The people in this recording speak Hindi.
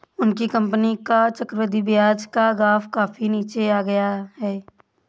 उनकी कंपनी का चक्रवृद्धि ब्याज का ग्राफ काफी नीचे आ गया है